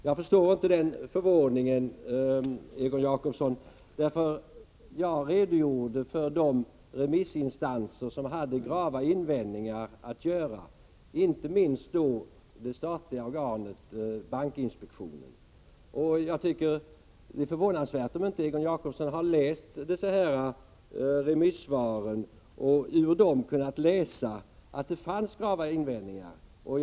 Jag förstår inte den förvåningen, Egon Jacobsson, därför att jag redogjorde för de remissinstanser som hade grava invändningar att göra, inte minst det statliga organet bankinspektionen. Det är förvånansvärt om Egon Jacobsson inte läst remissvaren och tagit del av de grava invändningar som där görs.